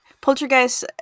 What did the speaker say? Poltergeist